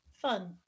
fun